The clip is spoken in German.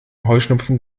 heuschnupfen